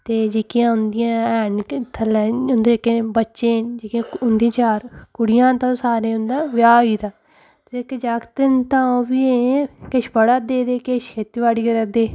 ते जेह्कियां उंदियां हैन ते थल्लै उंदे जेह्के बच्चे न जेह्कियां उंदियां चार कुड़ियां न ते सारे उं'दा ब्याह् होई गेदा जेह्के जागत न तां ओह् बी अजें किश पढ़ा दे ते किश खेतीबाड़ी करा दे